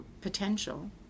potential